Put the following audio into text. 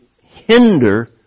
hinder